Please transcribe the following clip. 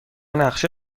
نقشه